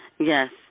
Yes